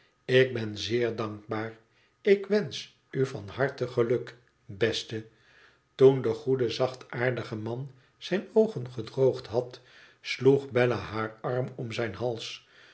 ik ben zeer dankbaar ik wensch u van harte geluk beste toen de goede zachtaardige man zijne oogen gedroogd had sloeg bella haar arm om zijn hals